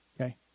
Okay